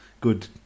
good